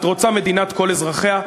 את רוצה מדינת כל אזרחיה.